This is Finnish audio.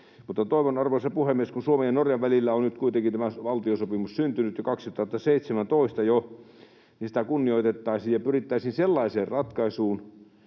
toivon, arvoisa puhemies, kun Suomen ja Norjan välillä on nyt kuitenkin tämä valtiosopimus syntynyt jo 2017, että sitä kunnioitettaisiin ja pyrittäisiin sellaiseen ratkaisuun,